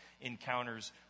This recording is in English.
encounters